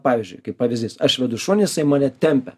pavyzdžiui kaip pavyzdys aš vedu šunį jisai mane tempia